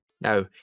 now